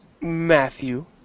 Matthew